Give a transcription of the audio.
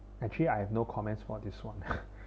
actually I have no comments for this one